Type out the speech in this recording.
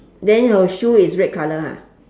then your shoe is red colour ha